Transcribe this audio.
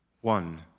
one